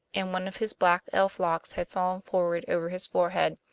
and one of his black elf-locks had fallen forward over his forehead.